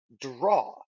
draw